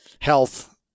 health